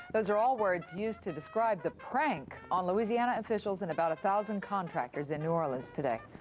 those are all words used to describe the prank on louisiana officials and about a thousand contractors in new orleans today.